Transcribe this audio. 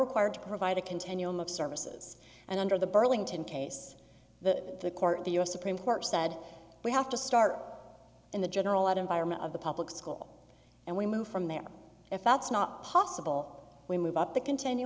required to provide a continuum of services and under the burlington case the court the u s supreme court said we have to start in the general out environment of the public school and we move from there if that's not possible we move up the continu